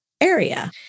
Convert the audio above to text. Area